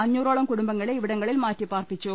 അഞ്ഞൂറോളം കുടുംബങ്ങളെ ഇവിടങ്ങളിൽ മാറ്റി പാർപ്പിച്ചു